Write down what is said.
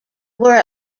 were